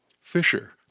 Fisher